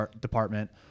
department